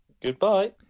Goodbye